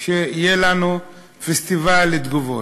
שיהיה לנו פסטיבל של תגובות.